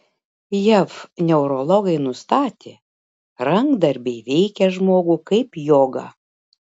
jav neurologai nustatė rankdarbiai veikia žmogų kaip joga